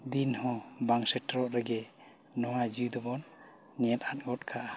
ᱫᱤᱱ ᱦᱚᱸ ᱵᱟᱝ ᱥᱮᱴᱮᱨᱚᱜ ᱨᱮᱜᱮ ᱱᱚᱣᱟ ᱡᱤᱣᱤ ᱫᱚᱵᱚᱱ ᱧᱮᱞ ᱟᱫ ᱜᱚᱫ ᱠᱟᱜᱼᱟ